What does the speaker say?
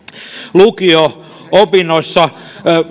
lukio opinnoissa